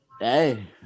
hey